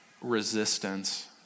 resistance